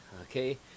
Okay